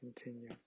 continue